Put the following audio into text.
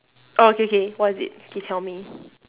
oh okay K what is it K tell me